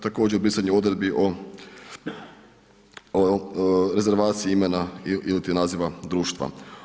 Također brisanje odredbi o rezervaciji imena ili naziva društva.